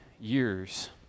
years